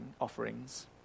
offerings